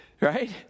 right